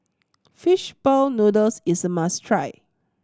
fish ball noodles is a must try